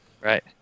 Right